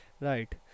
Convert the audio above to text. Right